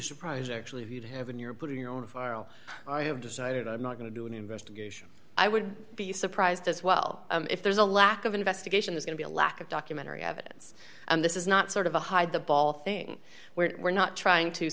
surprised actually if you'd have been you're putting your own of our oh i have decided i'm not going to do an investigation i would be surprised as well if there's a lack of investigation is going to be a lack of documentary evidence and this is not sort of a hide the ball thing where we're not trying to